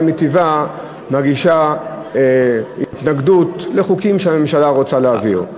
מטבעה מרגישה התנגדות לחוקים שהממשלה רוצה להעביר.